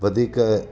वधीक